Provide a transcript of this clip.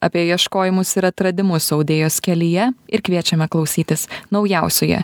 apie ieškojimus ir atradimus audėjos kelyje ir kviečiame klausytis naujausioje